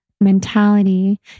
mentality